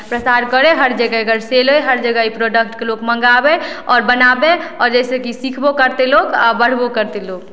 प्रचार प्रसार करय हर जगह एकर सेल होय हर जगह ई प्रोडक्टकेँ लोक मङ्गाबय आओर बनाबय आओर जाहिसँ कि सिखबो करतै लोक आओर बनेबो करतै लोक